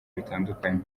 bitandukanye